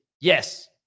yes